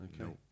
Okay